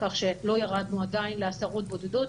כך שלא ירדנו עדיין לעשרות בודדות,